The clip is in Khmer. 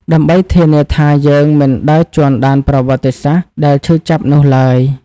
ដើម្បីធានាថាយើងមិនដើរជាន់ដានប្រវត្តិសាស្ត្រដែលឈឺចាប់នោះឡើយ។